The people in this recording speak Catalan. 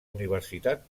universitat